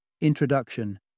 Introduction